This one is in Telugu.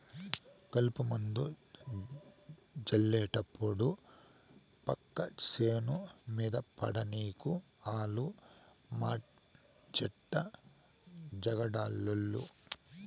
కలుపుమందు జళ్లేటప్పుడు పక్క సేను మీద పడనీకు ఆలు మాచెడ్డ జగడాలోళ్ళు